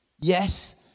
Yes